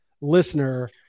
listener